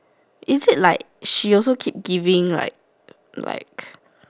is it like she also keep giving like like